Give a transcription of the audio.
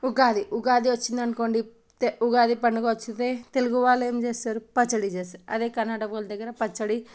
ఉగాది ఉగాది వచ్చిందనుకోండి ఉగాది పండుగ వచ్చితే తెలుగు వాళ్ళు ఏం చేస్తారు పచ్చడి చేస్తరు అదే కర్ణాటక వాళ్ళ దగ్గర పచ్చడి